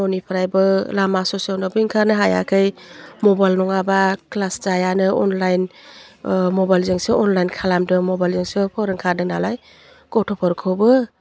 न'निफ्रायबो लामा ससेयावनो ओखादनो हायाखै मबाइल नङाबा क्लास जायानो अनलाइन मबाइलजोंसो अनलाइन खालामदों मबाइलजोंसो फोरोंखादों नालाय गथ'फोरखौबो